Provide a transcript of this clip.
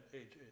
age